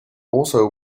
also